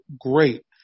great